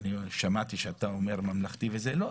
שמעתי שאתה מנהל ממלכתי לא,